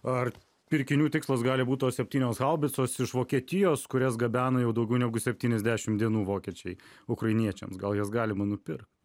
ar pirkinių tikslas gali būt tos septynios haubicos iš vokietijos kurias gabena jau daugiau negu septyniasdešimt dienų vokiečiai ukrainiečiams gal jas galima nupirkt